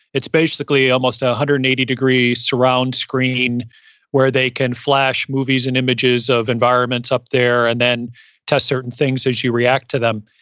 it's basically almost one ah hundred and eighty degree surround screen where they can flash movies and images of environments up there and then test certain things as you react to them.